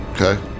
Okay